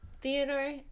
Theodore